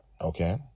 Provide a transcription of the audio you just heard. okay